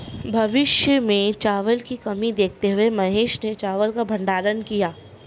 भविष्य में चावल की कमी देखते हुए महेश ने चावल का भंडारण किया